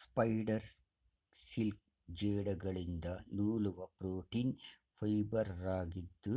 spider silk ಜೇಡಗಳಿಂದ ನೂಲುವ protein ಫೈಬರಾಗಿದ್ದು